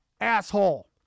Asshole